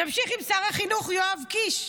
נמשיך עם שר החינוך יואב קיש,